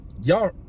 Y'all